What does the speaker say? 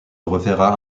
reverra